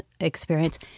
experience